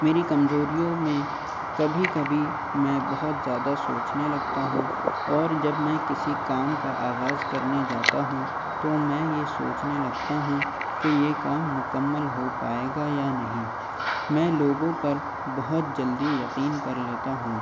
میری کمزوریوں میں کبھی کبھی میں بہت زیادہ سوچنے لگتا ہوں اور جب میں کسی کام کا آغاز کرنے جاتا ہوں تو میں یہ سوچنے لگتا ہوں کہ یہ کام مکمل ہو پائے گا یا نہیں میں لوگوں پر بہت جلدی یقین کر لیتا ہوں